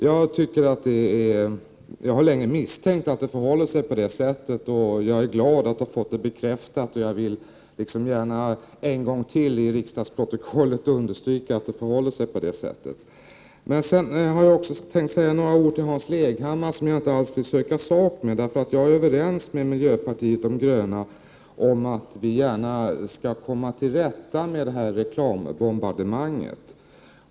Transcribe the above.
Jag har länge misstänkt att det förhåller sig på det sättet. Jag är glad att ha fått det bekräftat och vill gärna än en gång i riksdagens protokoll understryka att det förhåller sig så. Jag har också tänkt säga några ord till Hans Leghammar, som jag inte vill söka sak med. Jag är överens med miljöpartiet de gröna om att vi bör komma till rätta med reklambombardemanget.